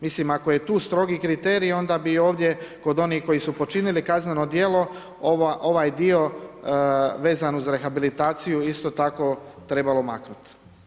Mislim ako je tu strogi kriterij, onda bi ovdje, kod onih koji su počinili kazneno djelo, ovaj dio, vezan uz rehabilitaciju, isto tako trebalo maknuti.